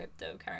cryptocurrency